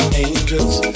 angels